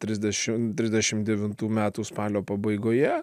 trisdešim trisdešimt devintų metų spalio pabaigoje